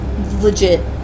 legit